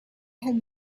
have